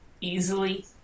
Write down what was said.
easily